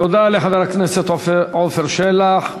תודה לחבר הכנסת עפר שלח.